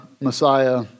Messiah